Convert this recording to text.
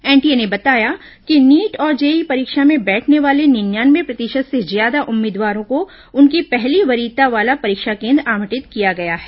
NTA ने बताया कि नीट और जेईई परीक्षा में बैठने वाले निन्यानवे प्रतिशत से ज्यादा उम्मीदवारों को उनकी पहली वरीयता वाला परीक्षा केन्द्र आवंटित किया गया है